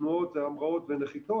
תנועות זה המראות ונחיתות.